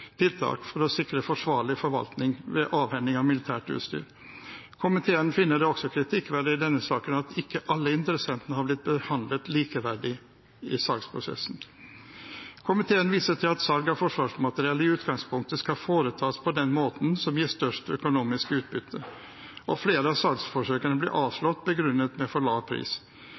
tiltak for å sikre en forsvarlig forvaltning ved avhending av militært utstyr. Komiteen finner det også kritikkverdig i denne saken at ikke alle interessentene har blitt behandlet likeverdig i salgsprosessen. Komiteen viser til at salg av forsvarsmateriell i utgangspunktet skal foretas på den måten som gir størst økonomisk utbytte, og at flere av salgsforsøkene ble avslått begrunnet med for lav pris.